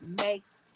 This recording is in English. makes